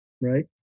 right